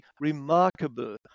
remarkable